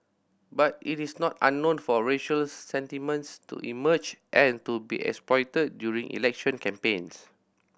but it is not unknown for racial sentiments to emerge and to be exploited during election campaigns